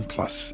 Plus